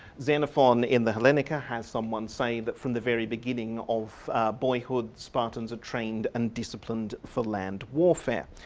xenophon in the hellenica has someone say that from the very beginning of boyhood, spartans are trained and disciplined for land warfare.